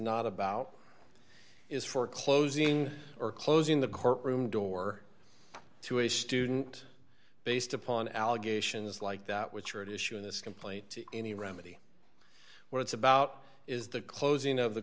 not about is for closing or closing the courtroom door to a student based upon allegations like that which are at issue in this complaint to any remedy where it's about is the closing of the